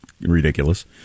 ridiculous